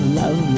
love